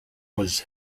was